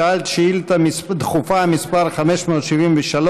שאלת שאילתה דחופה מס' 573,